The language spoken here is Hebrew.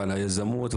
ועל היזמות,